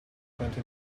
twenty